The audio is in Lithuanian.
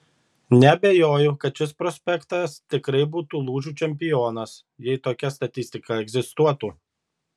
neabejoju kad šis prospektas tikrai būtų lūžių čempionas jei tokia statistika egzistuotų